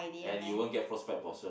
and you won't get frost-bite for sure